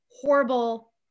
horrible